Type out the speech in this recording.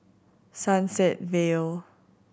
Sunset Vale